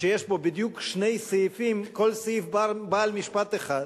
שיש בו בדיוק שני סעיפים וכל סעיף בן משפט אחד,